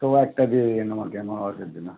তো একটা দিয়ে দিন আমাকে আমার ওয়াইফের জন্য